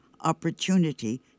opportunity